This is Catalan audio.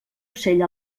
ocell